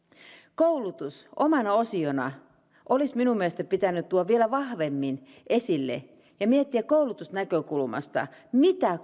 koulutus omana osionaan olisi minun mielestäni pitänyt tuoda vielä vahvemmin esille ja miettiä koulutusnäkökulmasta mitä